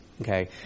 Okay